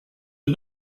are